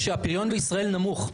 שהפריון בישראל נמוך.